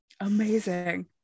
amazing